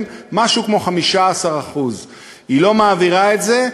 משהו כמו 15%. היא לא מעבירה את זה,